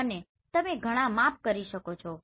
અને તમે ઘણાં માપ કરી શકો છો